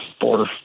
border